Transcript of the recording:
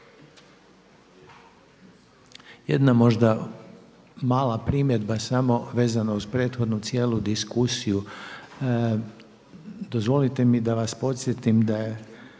Jedna možda mala primjedba samo vezano uz prethodnu cijelu diskusiju. Dozvolite mi da vas podsjetim da je